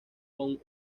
con